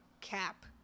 cap